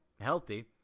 healthy